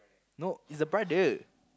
no he's a brother